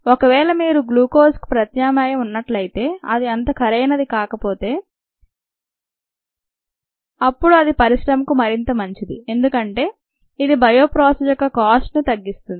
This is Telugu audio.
ఒకవేళ మీకు గ్లూకోకజ్ కు ప్రత్యామ్నాయం ఉన్నట్లయితే అది అంత ఖరీదైనది కాకపోతే అప్పుడు అది పరిశ్రమకు మరింత మంచిది ఎందుకంటే ఇది బయో ప్రాసెస్ యొక్క కాస్ట్ను తగ్గిస్తుంది